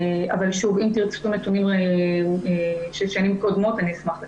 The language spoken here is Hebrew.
שוב, אם תרצו נתונים של שנים קודמות אני אשמח לתת.